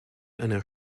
einer